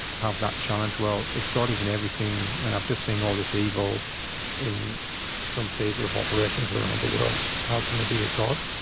have that challenge, well if god is in everything and i've just seen all this evil in some theatre of operations around the world how can there be a god?